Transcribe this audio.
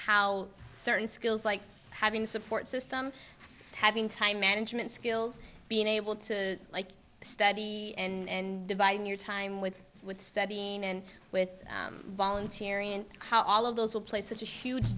how certain skills like having a support system having time management skills being able to like study and dividing your time with with studying and with volunteering and how all of those will play such a huge